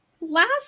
Last